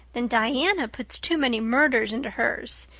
then diana puts too many murders into hers.